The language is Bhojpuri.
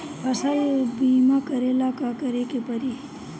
फसल बिमा करेला का करेके पारी?